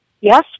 Yes